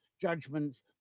judgments